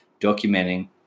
documenting